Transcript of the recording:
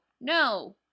No